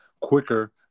quicker